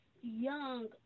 young